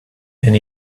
and